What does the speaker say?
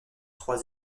trois